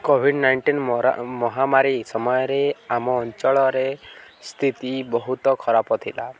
Covid nineteen ମରା ମହାମାରୀ ସମୟରେ ଆମ ଅଞ୍ଚଳରେ ସ୍ଥିତି ବହୁତ ଖରାପ ଥିଲା